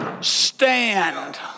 stand